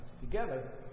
together